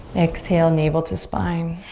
exhale. navel to spine.